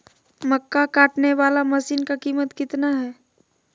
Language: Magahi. मक्का कटने बाला मसीन का कीमत कितना है?